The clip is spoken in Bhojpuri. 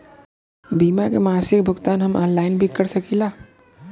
बीमा के मासिक भुगतान हम ऑनलाइन भी कर सकीला?